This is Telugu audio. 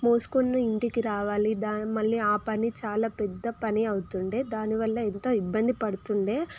మోసుకొని ఇంటికి రావాలి దాన్ మళ్ళీ ఆ పని చాలా పెద్ద పని అవుతుండే దానివల్ల ఎంతో ఇబ్బంది పడుతుండే